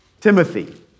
Timothy